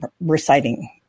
reciting